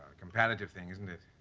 comparative thing isn't it.